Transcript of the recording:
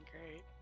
great